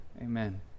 Amen